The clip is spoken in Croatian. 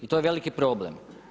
I to je veliki problem.